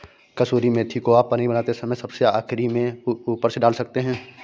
कसूरी मेथी को आप पनीर बनाते समय सबसे आखिरी में ऊपर से डाल सकते हैं